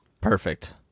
Perfect